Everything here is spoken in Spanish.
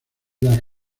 las